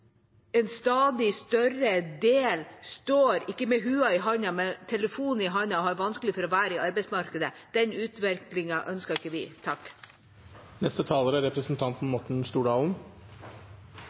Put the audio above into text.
en stadig større del står – ikke med lua i handa, men med telefonen i handa – og har vanskelig for å være i arbeidsmarkedet, ønsker ikke vi.